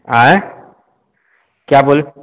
आएँ क्या बोले